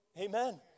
Amen